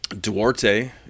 Duarte